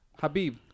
Habib